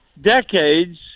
decades